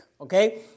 Okay